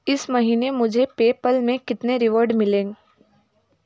इस महीने मुझे पेपल में कितने रिवॉर्ड मिले